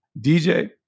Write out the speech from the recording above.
DJ